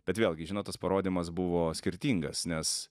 bet vėlgi žinot tas parodymas buvo skirtingas nes